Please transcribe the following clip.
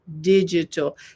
digital